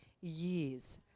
years